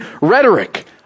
rhetoric